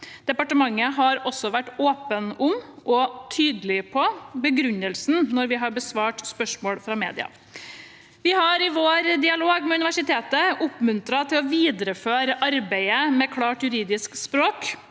Departementet har også vært åpen om og tydelig på begrunnelsen når vi har besvart spørsmål fra media. Vi har i vår dialog med universitetet oppmuntret til å videreføre arbeidet med klart juridisk språk